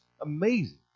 amazing